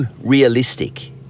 realistic